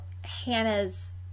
hannah's